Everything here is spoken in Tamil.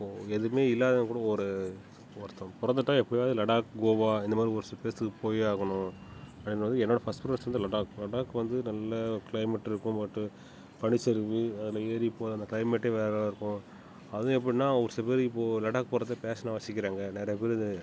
ஓ எதுவுமே இல்லாதவங்க கூட ஒரு ஒருத்தவன் பிறந்துட்டா எப்படியாவது லடாக் கோவா இந்த மாதிரி ஒரு சில பிளேஸுக்கு போயே ஆகுணும் அண்ட் வந்து என்னோட ஃபர்ஸ்ட் பிளேஸ் வந்து லடாக் லடாக் வந்து நல்ல கிளைமேட் இருக்கும் மற்றும் பனி சரிவு அதில் ஏறி போகிற அந்த கிளைமேட்டே வேறு லெவலில் இருக்கும் அதுவும் எப்படின்னா ஒரு சில பேர் இப்போ லடாக் போகிறதே ஃபேஷனாக வச்சுக்கிறாங்க நிறைய பேர் இது